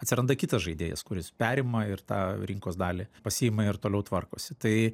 atsiranda kitas žaidėjas kuris perima ir tą rinkos dalį pasiima ir toliau tvarkosi tai